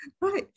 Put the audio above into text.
right